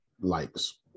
likes